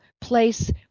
place